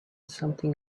something